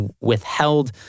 withheld